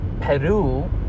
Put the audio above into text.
Peru